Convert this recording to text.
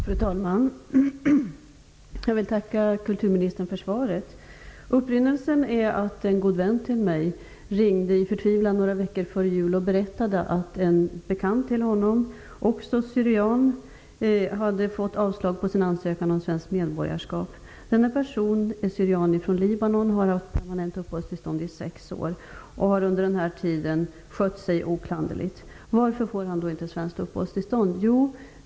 Fru talman! Jag vill tacka kulturministern för svaret. Upprinnelsen till frågan är att en god vän till mig ringde i förtvivlan några veckor före jul och berättade att en bekant till honom -- också syrian -- hade fått avslag på sin ansökan om svenskt medborgarskap. Denne person är cyrian ifrån Libanon och har haft permanent uppehållstillstånd i sex år. Han har under denna tid skött sig oklanderligt. Varför får han då inte svenskt uppehållstillstånd?